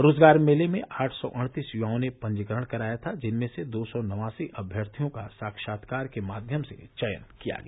रोजगार मेले में आठ सौ अड़तीस युवाओं ने पंजीकरण कराया था जिनमें से दो सौ नवासी अभ्यर्थियों का साक्षात्कार के माध्यम से चयन किया गया